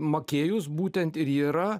makėjus būtent ir yra